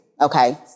Okay